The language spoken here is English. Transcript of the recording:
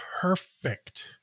perfect